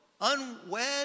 unwed